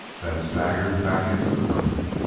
then staggered back into the room.